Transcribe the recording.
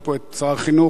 אני רואה פה את שר החינוך,